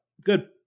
good